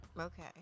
Okay